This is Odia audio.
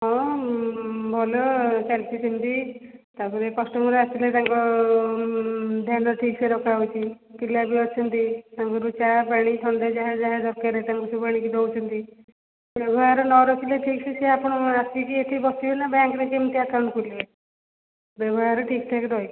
ହଁ ଭଲ ଚାଲିଛି ସେମିତି ତାପରେ କଷ୍ଟମର ଆସିଲେ ତାଙ୍କ ଧ୍ୟାନ ଠିକ୍ସେ ରଖା ହେଉଛି ପିଲା ବି ଅଛନ୍ତି ସବୁ ଚା ପାଣି ଥଣ୍ଡା ଯାହା ଯାହା ଦରକାରେ ତାଙ୍କୁ ସବୁ ଆଣିକି ଦେଉଛନ୍ତି ବ୍ୟବହାର ନ ରଖିଲେ ଠିକ୍ସେ ସେ ଆପଣ ଆସିକି ଏଠି ବସିବେନା ବ୍ୟାଙ୍କରେ କେମିତି ଆକାଉଣ୍ଟ ଖୋଲିବେ ବ୍ୟବହାର ଠିକ୍ଠାକ୍ ରହିଛି